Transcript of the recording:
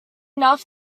enough